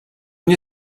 nie